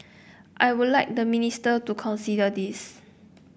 I would like the minister to consider this